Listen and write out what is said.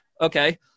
okay